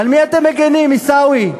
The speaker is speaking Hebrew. על מי אתם מגינים, עיסאווי?